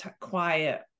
quiet